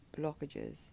blockages